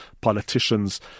politicians